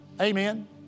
Amen